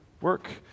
work